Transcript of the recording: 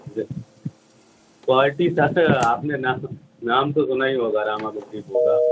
جی quality سب سے آپ نے نام نام تو سُنا ہی ہوگا راما بک ڈپو کا